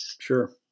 Sure